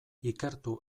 ikertu